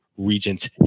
regent